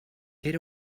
era